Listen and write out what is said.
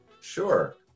Sure